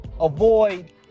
avoid